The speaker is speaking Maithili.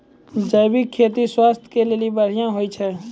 जैविक खेती स्वास्थ्य के लेली बढ़िया होय छै